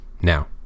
Now